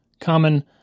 common